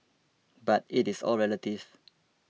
but it is all relative